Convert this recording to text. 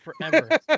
forever